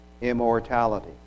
immortality